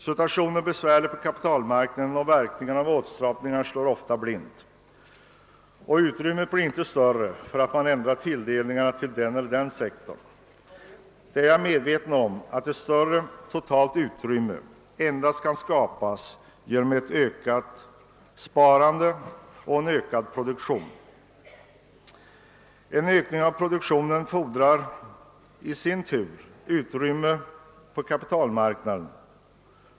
Situationen är besvärlig på kapitalmarknaden, och verkningarna av åtstramningarna slår ofta blint: Utrym met blir inte större för att man ändrar tilldelningarna till den ena eller andra sektorn. Jag är medveten om att ett större totalt utrymme kan skapas endast genom ett ökat sparande och en ökad produktion. En ökad produktion fordrar i sin tur ett ökat utrymme på kapitalmarknaden.